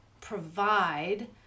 provide